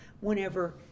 Whenever